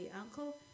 uncle